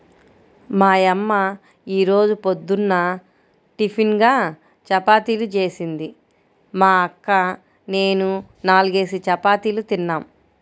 మా యమ్మ యీ రోజు పొద్దున్న టిపిన్గా చపాతీలు జేసింది, మా అక్క నేనూ నాల్గేసి చపాతీలు తిన్నాం